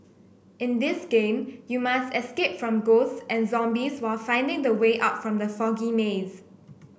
in this game you must escape from ghosts and zombies while finding the way out from the foggy maze